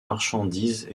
marchandises